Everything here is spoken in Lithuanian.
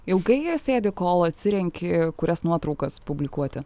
ilgai sėdi kol atsirenki kurias nuotraukas publikuoti